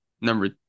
number